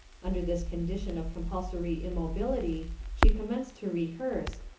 under this condition of compulsory immobility she commenced to rehearse,